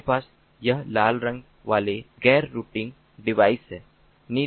हमारे पास यह लाल रंग वाले गैर रूटिंग डिवाइस हैं